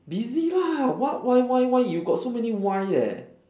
busy lah what why why why you got so many why eh